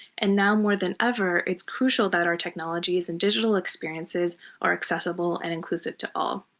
and now, more than ever, it's crucial that our technologies and digital experiences are accessible and inclusive to all.